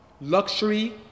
luxury